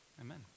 Amen